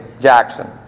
Jackson